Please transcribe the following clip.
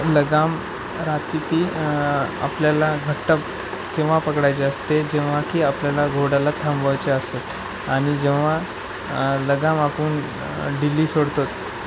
लगाम राहतो ती आपल्याला घट्ट केव्हा पकडायचे असते जेव्हा की आपल्याला घोड्याला थांबवायचे असते आणि जेव्हा लगाम आपण ढिली सोडतो